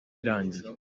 irangiye